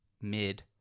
mid